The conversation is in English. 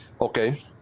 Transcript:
okay